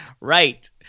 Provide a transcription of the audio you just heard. Right